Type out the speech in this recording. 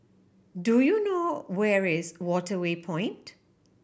do you know where is Waterway Point